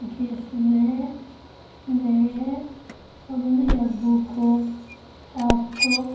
جس میں میرے امی ابو کو آپ کو